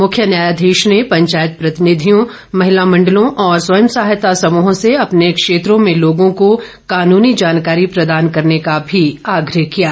मुख्य न्यायाधीश ने पंचायत प्रतिनिधियों महिला मंडलों और स्वयं सहायता समूहों से अपने क्षेत्रों में लोगों को कानूनी जानकारी प्रदान करने का भी आग्रह किया है